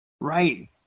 Right